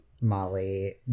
Molly